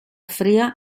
fría